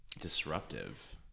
disruptive